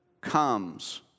comes